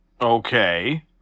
Okay